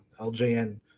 LJN